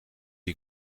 die